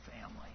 family